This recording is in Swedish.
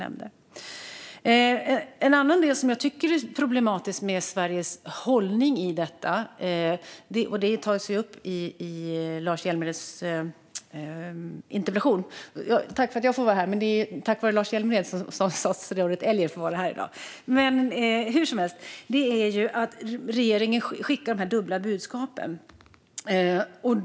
En annan problematisk del i Sveriges hållning som tas upp i Lars Hjälmereds interpellation - tack för att jag får vara här, men det är tack vare Lars Hjälmered som statsrådet Elger får vara här i dag - är att regeringen skickar de här dubbla budskapen.